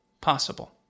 possible